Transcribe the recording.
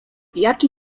jaki